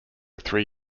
three